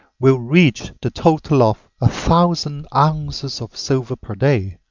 will reach the total of a thousand ounces of silver per day.